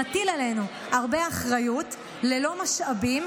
שמטיל עלינו הרבה אחריות ללא משאבים.